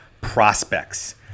prospects